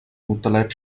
mutterleib